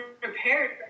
Prepared